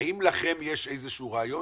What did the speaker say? האם לכם יש איזה שהוא רעיון